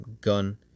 ...gun